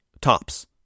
tops